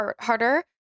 harder